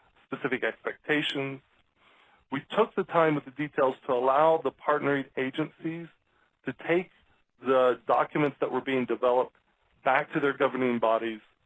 specific expectations we took the time with the details to allow the partnering agencies to take the documents that were being developed back to their governing bodies,